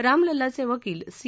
रामलल्लाचे वकील सी